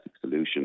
solution